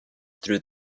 through